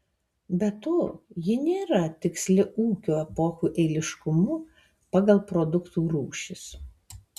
be to ji nėra tiksli ūkio epochų eiliškumu pagal produktų rūšis